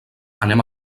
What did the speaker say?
anem